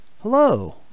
Hello